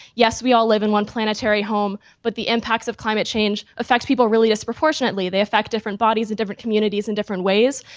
yes, we all live in one planetary home. but the impacts of climate change affects people really disproportionately, they affect different bodies, in different communities, in different ways.